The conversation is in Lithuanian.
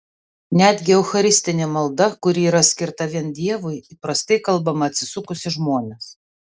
netgi eucharistinė malda kuri yra skirta vien dievui įprastai kalbama atsisukus į žmones